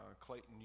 clayton